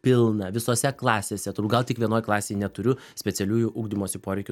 pilna visose klasėse turbūt gal tik vienoj klasėj neturiu specialiųjų ugdymosi poreikių